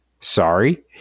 sorry